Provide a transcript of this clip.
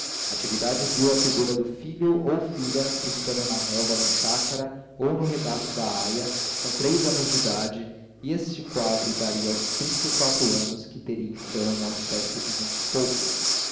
natividade viu a figura do filho ou filha brincando na relva da chácara ou no regaço da aia com três anos de idade e este quadro daria aos trinta e quatro anos que teria então um aspecto de vinte e poucos